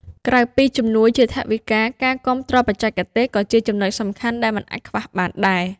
ក្រៅពីជំនួយជាថវិកា ការគាំទ្របច្ចេកទេសក៏ជាចំណុចសំខាន់ដែលមិនអាចខ្វះបានដែរ។